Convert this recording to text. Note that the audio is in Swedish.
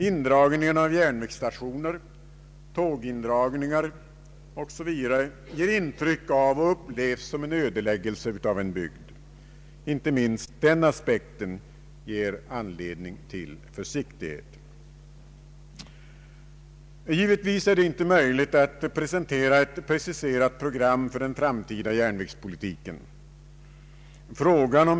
Indragningen av järnvägsstationer, tågindragningar osv. ger intryck av och upplevs som ödeläggelse av en bygd. Inte minst den anspekten ger anledning till försiktighet. Givetvis är det inte möjligt att presentera ett preciserat program för den framtida järnvägspolitiken.